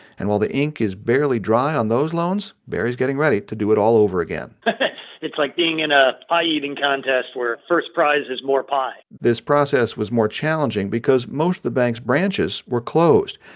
and while the ink is barely dry on those loans, barry's getting ready to do it all over again it's like being in a pie-eating contest where first prize is more pie this process was more challenging because most of the bank's branches were closed.